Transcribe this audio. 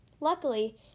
Luckily